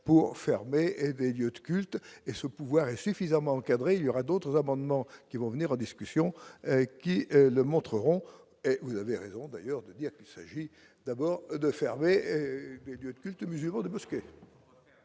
fermer et des lieux de culte et ce pouvoir est suffisamment encadré, il y aura d'autres amendements qui vont venir en discussion avec le montreront, vous avez raison d'ailleurs de dire qu'il s'agit d'abord de fermer des lieux de culte musulmans de Moscou.